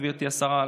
גברתי השרה,